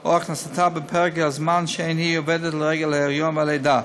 או הכנסתה בפרק הזמן שאין היא עובדת לרגל ההיריון והלידה.